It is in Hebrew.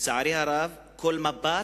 לצערי הרב, כל מבט,